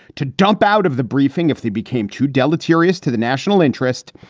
to dump out of the briefing if they became too deleterious to the national interest.